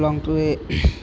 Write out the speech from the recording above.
long ଟୁର୍ରେ